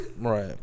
Right